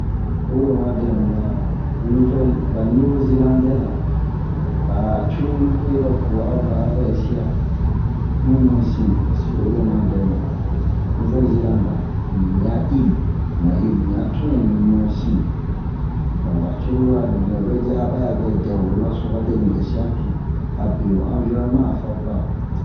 Oyi ro oma dɛmu ba nuvɛl ba ne'ozelandɛra ba cururu lo eropu a va a vɛ ɛsiya mu ɲusin paseke oyi ro oma dɛmu nuvɛl-zeland ni a il ni a ili ni a tun nɛ mi ɲu sin don ba cururu a ninɛ o vɛ ji a ba yavɛ dɛ ho yoroso a ba dɛni ɛsiya bin a be ho environeman a favorable